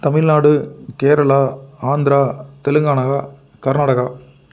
Tamil Nadu Kerala Andhra Telangana Karnataka